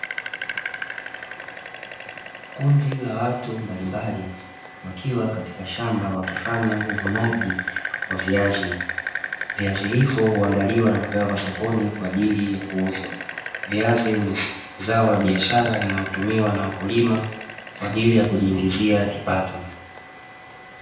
Kundi la watu mbalimbali wakiwa katika shamba wakifanya uvunaji wa viazi; viazi hivyo huandaliwa na kupelekwa sokoni kwa ajili ya kuuzwa, viazi ni zao la biashara linalotumiwa na wakulima kwa ajili ya kujiingizia kipato.